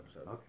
Okay